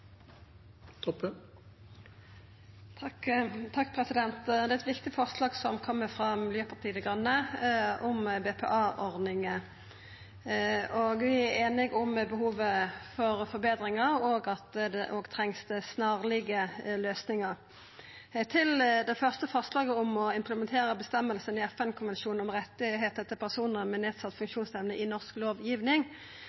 eit viktig forslag som kjem frå Miljøpartiet Dei Grøne om BPA-ordninga. Vi er einige om behovet for forbetringar og at det trengst snarlege løysingar. Til det første forslaget om å implementera vedtaka i FNs konvensjon om rettane til personar med nedsett